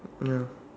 ya